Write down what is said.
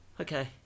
Okay